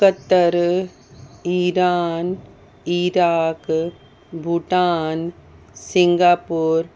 Qatar Iran Iraq Bhutan Singapore